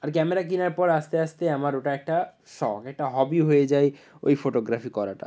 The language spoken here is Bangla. আর ক্যামেরা কেনার পর আস্তে আস্তে আমার ওটা একটা শখ একটা হবি হয়ে যায় ওই ফোটোগ্রাফি করাটা